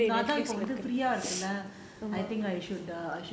அதான் இப்போ வந்து:athaan ippo vanthu free ah இருக்கு:irukku